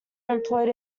employed